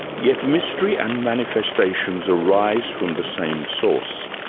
yet mystery and manifestations arise from the same source.